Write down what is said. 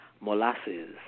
molasses